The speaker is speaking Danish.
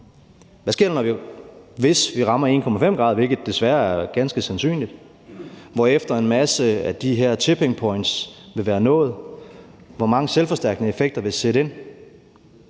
Hvad sker der, hvis vi rammer 1,5 grader, hvilket desværre er ganske sandsynligt, hvorefter en masse af de her tipping points vil være nået, hvor mange selvforstærkende effekter vil sætte ind?